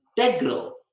integral